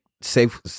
safe